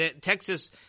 Texas